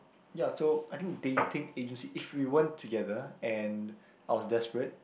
ya so I think dating agency if we weren't together and I was desperate